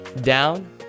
down